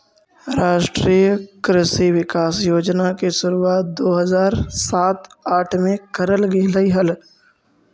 राष्ट्रीय कृषि विकास योजना की शुरुआत दो हज़ार सात आठ में करल गेलइ हल